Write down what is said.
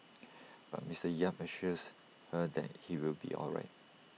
but Mister yap assures her that he will be all right